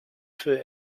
für